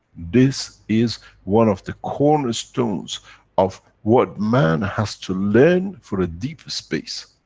this is one of the cornerstones of what man has to learn for ah deep space.